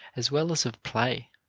as well as of play,